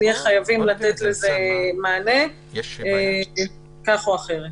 נהיה חייבים לתת מענה כך או אחרת.